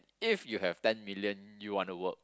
if you have ten million you want to work